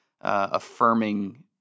affirming